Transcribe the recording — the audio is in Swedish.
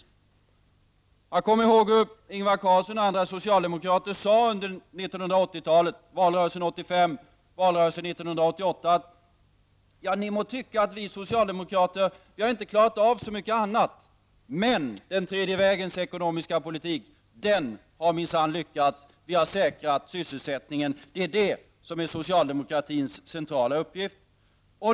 Jag kommer ihåg att Ingvar Carlsson och andra socialdemokrater under valrörelserna 1985 och 1988 sade: Ni må tycka att vi socialdemokrater inte har klarat av så mycket annat, men den tredje vägens politik har minsann lyckats. Vi har säkrat sysselsättningen, vilket är socialdemokratins centrala uppgift.